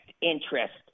interest